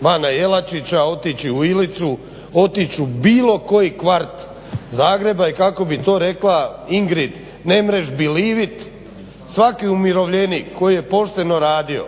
bana Jelačića, otići u Ilicu, otići u bilo koji kvart Zagreba i kako bi to rekla Ingrid nemreš belivit svaki umirovljenik koji je pošteno radio